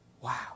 Wow